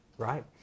right